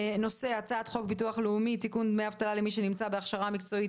הצעת חוק הביטוח הלאומי (תיקון דמי אבטלה למי שנמצא בהכשרה מקצועית),